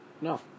No